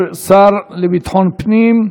השר לביטחון פנים.